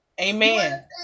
Amen